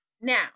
now